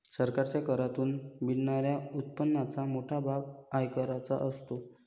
सरकारच्या करातून मिळणाऱ्या उत्पन्नाचा मोठा भाग आयकराचा असतो